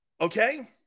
Okay